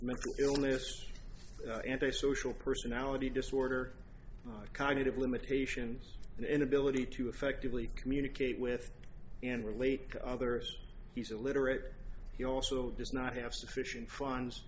mental illness antisocial personality disorder cognitive limitations and inability to effectively communicate with and relate to others he's a literate he also does not have sufficient funds